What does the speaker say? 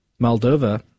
moldova